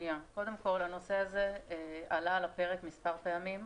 קודם כול, הנושא הזה עלה על הפרק מספר פעמים.